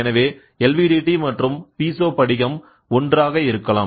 எனவே LVDT மற்றும் piezo படிகம் ஒன்றாக இருக்கலாம்